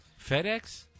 FedEx